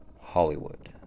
Hollywood